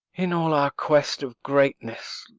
in all our quest of greatness,